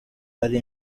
ari